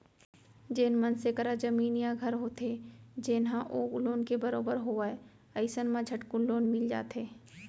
जेन मनसे करा जमीन या घर होथे जेन ह ओ लोन के बरोबर होवय अइसन म झटकुन लोन मिल जाथे